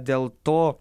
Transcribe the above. dėl to